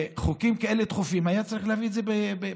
חוקים כאלה דחופים, היה צריך להביא את זה בזמן.